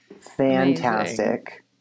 fantastic